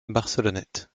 barcelonnette